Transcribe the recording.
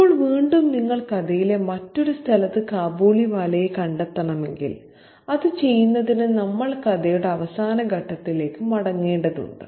ഇപ്പോൾ വീണ്ടും നിങ്ങൾക്ക് കഥയിലെ മറ്റൊരു സ്ഥലത്ത് കാബൂളിവാലയെ കണ്ടെത്തണമെങ്കിൽ അത് ചെയ്യുന്നതിന് നമ്മൾ കഥയുടെ അവസാന ഘട്ടത്തിലേക്ക് മടങ്ങേണ്ടതുണ്ട്